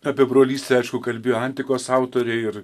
apie brolystę aišku kalbėjo antikos autoriai ir